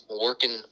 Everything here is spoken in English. working